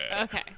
Okay